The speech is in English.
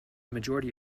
majority